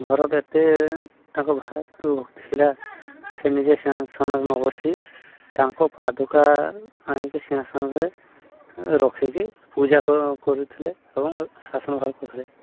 ଭରତ ଏତେ ତାଙ୍କ ଭାତୃଭକ୍ତି ଥିଲା ସେ ନିଜେ ସିଂହସନରେ ନ ବସି ତାଙ୍କ ପାଦୁକା ଆଣିକି ସିଂହସନରେ ରଖିକି ପୂଜା କରୁଥିଲେ ଏବଂ ଶାସନ ବାହାର କରୁଥିଲେ